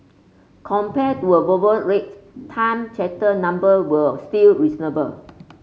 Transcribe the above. compared to voyage rates time charter number were still reasonable